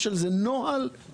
יש על זה נוהל כתוב.